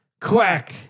quack